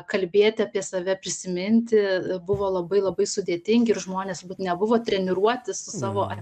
kalbėti apie save prisiminti buvo labai labai sudėtingi ir žmonės turbūt nebuvo treniruoti su savo